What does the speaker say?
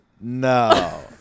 No